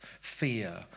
fear